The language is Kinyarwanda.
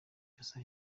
kinshasa